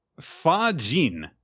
Fa-jin